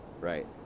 Right